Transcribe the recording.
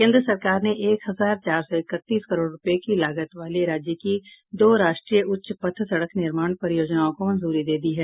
केन्द्र सरकार ने एक हजार चार सौ इकतीस करोड़ रूपये की लागत वाली राज्य की दो राष्ट्रीय उच्च पथ सड़क निर्माण परियोजनाओं को मंजूरी दे दी है